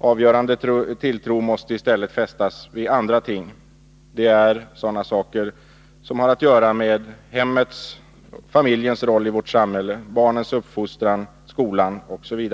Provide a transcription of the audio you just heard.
Avgörande tilltro måste i stället sättas till andra ting. Det är sådana saker som har att göra med hemmets och familjens roll i vårt samhälle, barnens uppfostran, skolan osv.